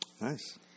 Nice